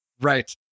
Right